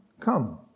come